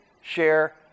share